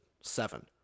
seven